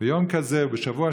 "ביום הזה באו מדבר